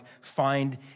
find